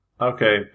Okay